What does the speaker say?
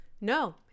No